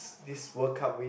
this World Cup win